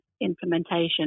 implementation